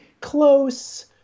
close